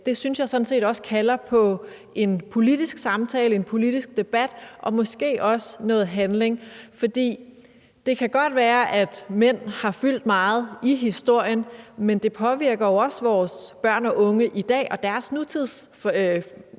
jeg sådan set også kalder på en politisk samtale, en politisk debat og måske også noget handling. Det kan godt være, at mænd har fyldt meget i historien, men det påvirker jo også vores børn og unge i dag og deres nutidsfornemmelse